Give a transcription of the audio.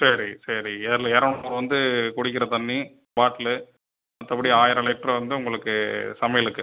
சரி சரி ஏழு இருநூறு வந்து குடிக்கிற தண்ணி பாட்லு மற்றபடி ஆயிரம் லிட்ரு வந்து உங்களுக்கு சமையலுக்கு